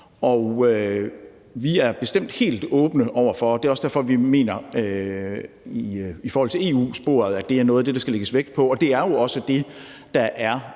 er vi bestemt helt åbne over for. Det er også derfor, at vi i forhold til EU-sporet mener, at det er noget, der skal lægges vægt på, og det er jo også det, der er